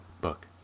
book